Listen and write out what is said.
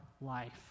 life